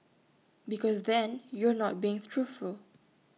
because then you are not being truthful